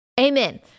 Amen